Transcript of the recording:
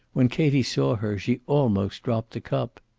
when katie saw her she almost dropped the cup.